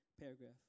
paragraph